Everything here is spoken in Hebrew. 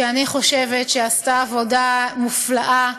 שאני חושבת שעשתה עבודה מופלאה.